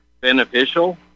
beneficial